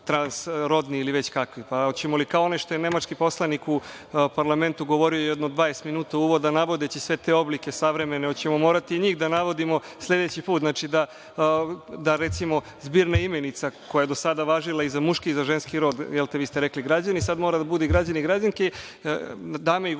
transrodni ili već kakvi. Pa hoćemo li kao što je onaj nemački poslanik u parlamentu govorio jedno 20 minuta uvoda navodeći sve te oblike savremene, hoćemo morati i njih da navodimo sledeći put? Znači, da recimo zbirne imenica koja je do sada važila i za muški i za ženski rod, vi ste rekli građani, sada mora da bude i građani i građanke, dame i